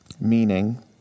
Meaning